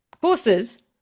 Courses